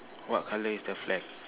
what colour is the flag